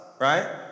right